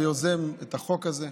ויוזם את החוק הזה,